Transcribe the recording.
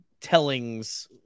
tellings